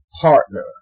partner